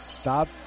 Stop